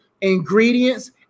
ingredients